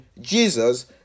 Jesus